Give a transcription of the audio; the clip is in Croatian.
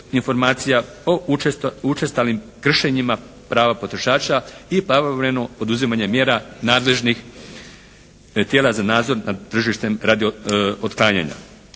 o učestalim kršenjima prava potrošača i pravovremeno poduzimanje mjera nadležnih te tijela za nadzor nad tržištem radi otklanjanja.